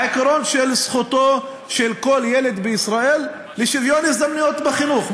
העיקרון של זכותו של כל ילד בישראל לשוויון הזדמנויות בחינוך.